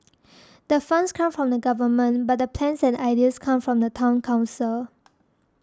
the funds come from the Government but the plans and ideas come from the Town Council